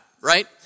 right